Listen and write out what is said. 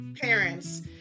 Parents